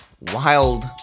wild